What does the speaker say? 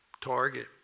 target